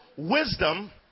Wisdom